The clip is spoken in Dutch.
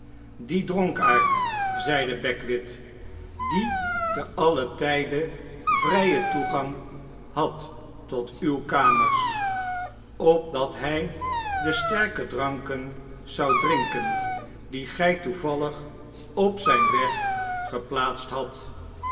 die dronkaard zeide beckwith dieteallen tyde vryen toegang had tot uw kamers opdat hj de sterke dranken zou drinken die gy toevallig op zyn weg geplaatst hadt